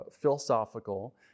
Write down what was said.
philosophical